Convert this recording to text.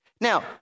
Now